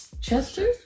Chester